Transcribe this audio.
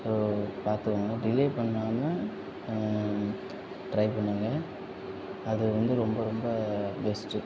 so பார்த்துக்கோங்க delay பண்ணாமல் try பண்ணுங்கள் அது வந்து ரொம்ப ரொம்ப பெஸ்ட்டு